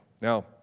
Now